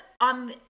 on